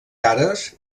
cares